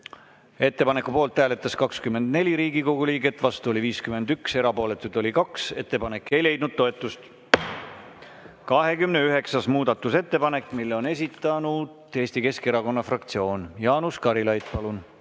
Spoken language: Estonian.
Ettepaneku poolt hääletas 29 Riigikogu liiget, vastu oli 48, erapooletuid ei olnud. Ettepanek ei leidnud toetust. 55. muudatusettepanek. Selle on esitanud Eesti Keskerakonna fraktsioon. Jaanus Karilaid, palun!